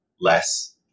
less